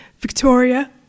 Victoria